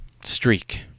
streak